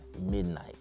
midnight